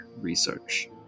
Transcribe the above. research